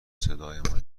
صدایمان